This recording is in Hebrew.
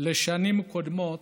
לשנים קודמות,